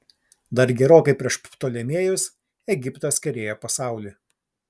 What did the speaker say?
dar gerokai prieš ptolemėjus egiptas kerėjo pasaulį